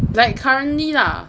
like currently lah